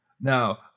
now